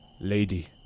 Lady